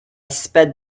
sped